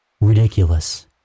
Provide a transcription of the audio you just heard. Ridiculous